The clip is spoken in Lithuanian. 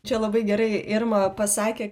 čia labai gerai irma pasakė